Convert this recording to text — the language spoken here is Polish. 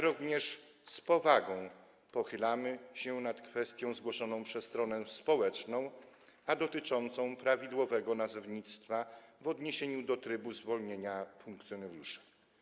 Również z powagą pochylamy się nad kwestią zgłoszoną przez stronę społeczną, a dotyczącą prawidłowego nazewnictwa w odniesieniu do trybu zwolnienia funkcjonariusza.